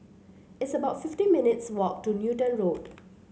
it's about fifty minutes' walk to Newton Road